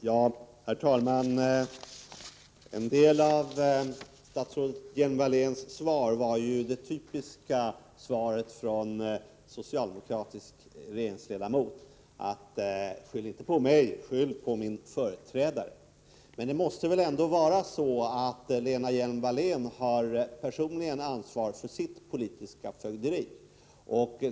Herr talman! En del av statsrådet Hjelm-Walléns svar var det typiska svaret från en socialdemokratisk regeringsledamot: Skyll inte på mig, skyll på min företrädare! Men det måste väl ändå vara så att Lena Hjelm-Wallén har personligen ansvar för sitt politiska fögderi.